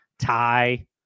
tie